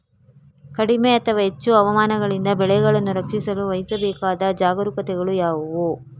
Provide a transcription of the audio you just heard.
ಕಡಿಮೆ ಅಥವಾ ಹೆಚ್ಚು ಹವಾಮಾನಗಳಿಂದ ಬೆಳೆಗಳನ್ನು ರಕ್ಷಿಸಲು ವಹಿಸಬೇಕಾದ ಜಾಗರೂಕತೆಗಳು ಯಾವುವು?